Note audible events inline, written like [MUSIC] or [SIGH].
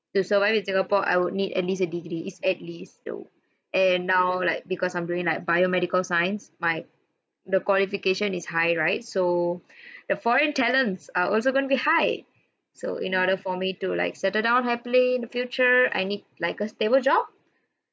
to survive in singapore I would need at least a degree it's at least though and now like because I'm doing like biomedical science my the qualification is high right so [BREATH] the foreign talents are also gonna be high so in order for me to like settle down happily in the future I need like a stable job